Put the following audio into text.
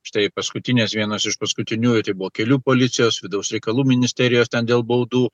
štai paskutinės vienos iš paskutiniųjų tai buvo kelių policijos vidaus reikalų ministerijos ten dėl baudų